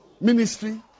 Ministry